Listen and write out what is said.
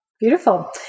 Beautiful